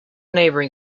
neighbouring